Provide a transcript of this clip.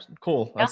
cool